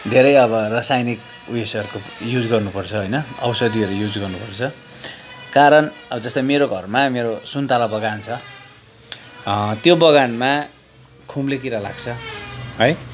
धेरै अब रासायनिक उयेसहरूको युज गर्नुपर्छ होइन औषधीहरू युज गर्नुपर्छ कारण अब जस्तै मेरो घरमा मेरो सुन्तला बगान छ त्यो बगानमा खुम्लेकिरा लाग्छ है